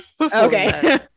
Okay